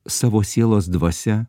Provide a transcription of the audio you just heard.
savo sielos dvasia